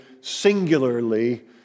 singularly